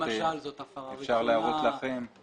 אם למשל זו הפרה ראשונה או